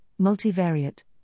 multivariate